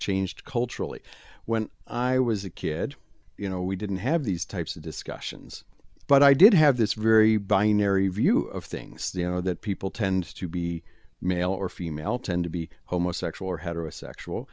changed culturally when i was a kid you know we didn't have these types of discussions but i did have this very binary view of things the know that people tend to be male or female tend to be homosexuals or heterosexual